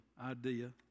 idea